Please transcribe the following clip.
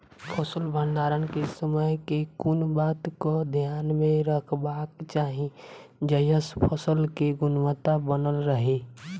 फसल भण्डारण केँ समय केँ कुन बात कऽ ध्यान मे रखबाक चाहि जयसँ फसल केँ गुणवता बनल रहै?